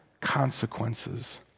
consequences